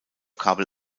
kabel